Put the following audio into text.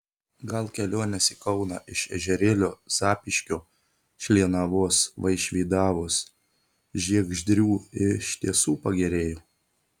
gal kelionės į kauną iš ežerėlio zapyškio šlienavos vaišvydavos žiegždrių iš tiesų pagerėjo